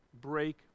break